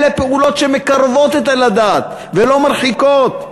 אלה פעולות שמקרבות לדת, ולא מרחיקות.